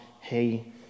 hey